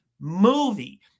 movie